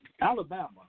Alabama